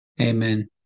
amen